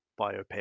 biopic